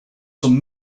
some